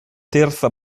terza